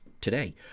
today